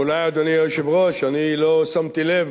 אולי, אדוני היושב-ראש, אני לא שמתי לב